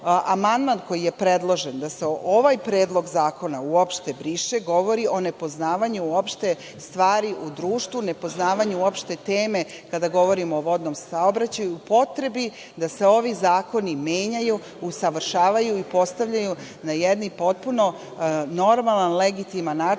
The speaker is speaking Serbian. amandman, koji je predložen, da se ovaj predlog zakona uopšte briše govori o nepoznavanju uopšte stvari u društvu i nepoznavanju uopšte teme kada govorimo o vodnom saobraćaju i potrebi da se ovi zakoni menjaju, usavršavaju i postavljaju na jedan potpuno normalan i legitiman način,